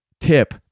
tip